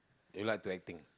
you like to acting